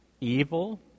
evil